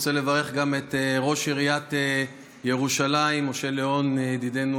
אני רוצה לברך גם את ראש עיריית ירושלים משה ליאון ידידנו,